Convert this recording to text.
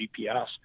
GPS